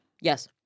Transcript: Yes